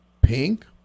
Pink